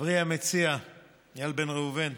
המציע איל בן ראובן,